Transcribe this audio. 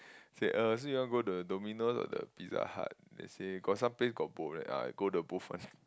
say uh so you want go to the Domino or the Pizza Hut then he say got some place got both right ah go the both one